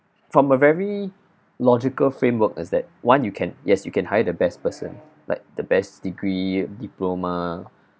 from a very logical framework is that one you can yes you can hire the best person like the best degree diploma